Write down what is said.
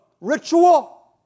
ritual